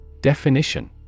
Definition